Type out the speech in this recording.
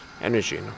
energy